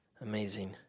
Amazing